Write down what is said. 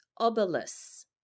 obelus